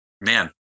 man